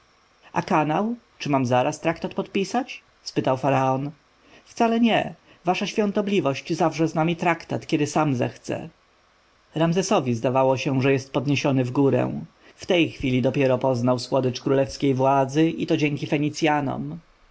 a kanał czy mam zaraz traktat podpisać spytał faraon wcale nie wasza świątobliwość zawrze z nami traktat kiedy sam zechce ramzesowi zdawało się że jest podniesiony wgórę w tej chwili dopiero poznał słodycz królewskiej władzy i to dzięki fenicjanom